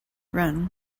run